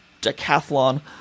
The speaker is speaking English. decathlon